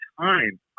time